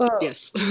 Yes